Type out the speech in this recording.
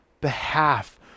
behalf